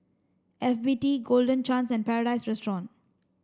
F B T Golden Chance and Paradise Restaurant